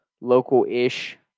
local-ish